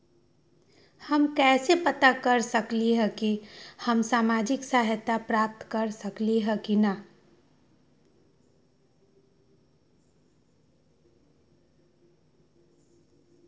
हम कैसे पता कर सकली ह की हम सामाजिक सहायता प्राप्त कर सकली ह की न?